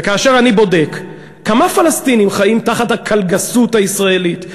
וכאשר אני בודק כמה פלסטינים חיים תחת "הקלגסות" הישראלית,